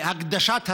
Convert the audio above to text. הגדשת הסאה.